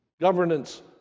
governance